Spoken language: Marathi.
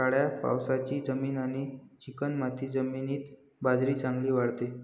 काळ्या कापसाची जमीन आणि चिकणमाती जमिनीत बाजरी चांगली वाढते